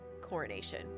coronation